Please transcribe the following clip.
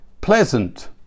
pleasant